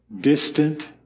distant